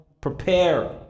prepare